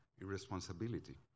irresponsibility